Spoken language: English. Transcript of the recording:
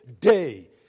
day